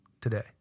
today